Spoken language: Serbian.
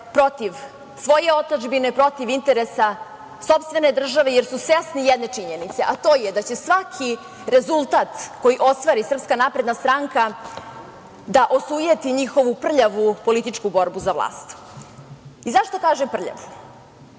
protiv svoje otadžbine, protiv interesa sopstvene države, jer su svesni jedne činjenice, a to je da će svaki rezultat koji ostvari SNS da osujeti njihovu prljavu političku borbu za vlast.Zašto kažem prljavu?